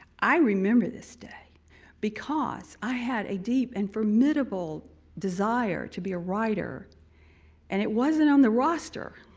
i remember this day because i had a deep and formidable desire to be a writer and it wasn't on the roster.